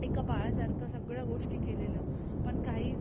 एका बाळासारखं सगळं गोष्टी केलेलं पण काही